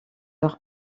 leur